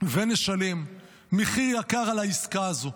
ונשלם מחיר יקר על העסקה הזו,